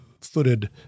footed